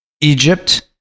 Egypt